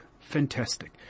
Fantastic